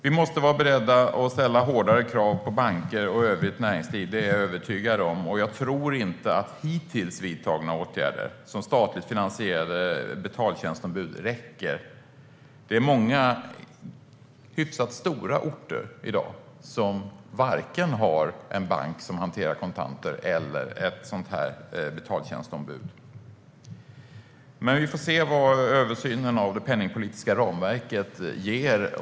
Vi måste vara beredda att ställa hårdare krav på banker och övrigt näringsliv - det är jag övertygad om. Jag tror inte att hittills vidtagna åtgärder, som statligt finansierade betaltjänstombud, räcker. Det är många hyfsat stora orter som i dag varken har en bank som hanterar kontanter eller ett betaltjänstombud. Vi får se vad översynen av det penningpolitiska ramverket ger.